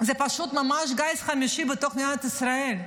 זה פשוט ממש גיס חמישי בתוך מדינת ישראל.